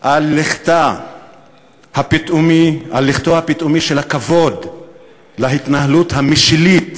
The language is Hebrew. על לכתם הפתאומי של הכבוד להתנהלות המשילית